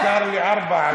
מותר לי ארבע.